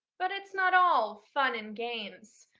but it's not all fun and games.